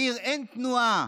בעיר אין תנועה,